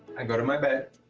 i go to my bed,